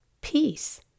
Peace